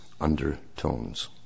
undertones